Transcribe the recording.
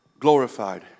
Glorified